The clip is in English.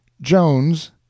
Jones